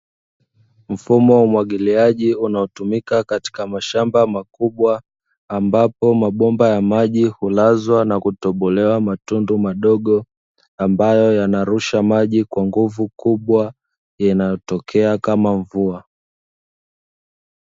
Mfumo wa umwagiliaji unaotumika katika mashamba makubwa, ambapo mabomba ya maji hulazwa na kutobolewa matundu madogo, ambayo yanarusha maji kwa nguvu yanayotokea kama mvua.